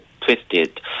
twisted